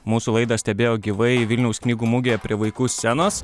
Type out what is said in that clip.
mūsų laidą stebėjo gyvai vilniaus knygų mugėje prie vaikų scenos